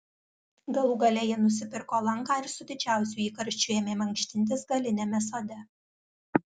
galų gale ji nusipirko lanką ir su didžiausiu įkarščiu ėmė mankštintis galiniame sode